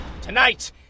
Tonight